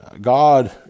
God